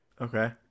Okay